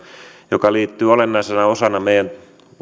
joka liittyy olennaisena osana meidän